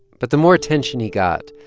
but the more attention he got,